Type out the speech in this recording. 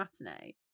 matinee